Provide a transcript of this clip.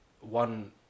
One